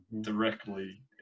directly